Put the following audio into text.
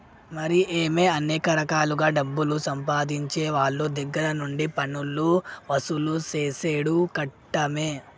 మరి ఏమో అనేక రకాలుగా డబ్బులు సంపాదించేవోళ్ళ దగ్గర నుండి పన్నులు వసూలు సేసుడు కట్టమే